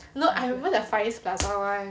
no I remember the far east plaza [one]